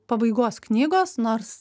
pabaigos knygos nors